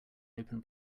open